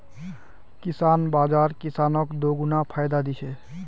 किसान बाज़ार किसानक दोगुना फायदा दी छे